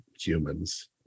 humans